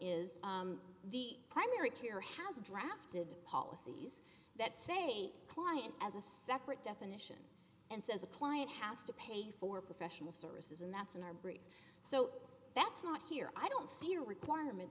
is the primary care has drafted policies that say client as a separate definition and says a client has to pay for professional services and that's in our brief so that's not here i don't see a requirement